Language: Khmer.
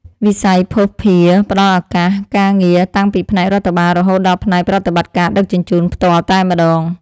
វិស័យភស្តុភារផ្តល់ឱកាសការងារតាំងពីផ្នែករដ្ឋបាលរហូតដល់ផ្នែកប្រតិបត្តិការដឹកជញ្ជូនផ្ទាល់តែម្តង។